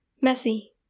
messy